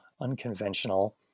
unconventional